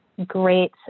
great